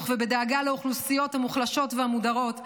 ובדאגה לאוכלוסיות המוחלשות והמודרות,